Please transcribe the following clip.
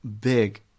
big